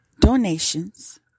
donations